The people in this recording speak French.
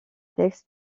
texte